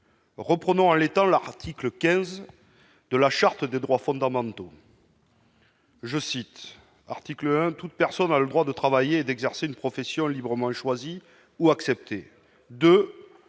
permette de citer l'article 15 de la Charte des droits fondamentaux :« 1. Toute personne le droit de travailler et d'exercer une profession librement choisie ou acceptée. «